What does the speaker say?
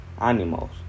animals